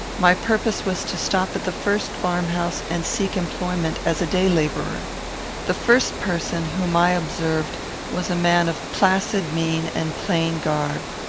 my purpose was to stop at the first farm-house, and seek employment as a day-labourer. the first person whom i observed was a man of placid mien and plain garb.